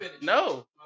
no